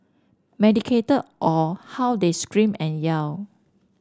medicated or how they screamed and yell